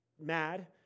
mad